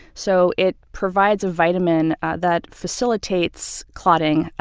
so it provides a vitamin that facilitates clotting,